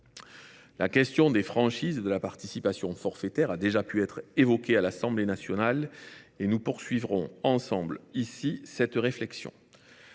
La question des franchises et de la participation forfaitaire a déjà été évoquée à l’Assemblée nationale. Nous poursuivrons, ensemble, cette réflexion